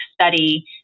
study